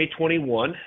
2021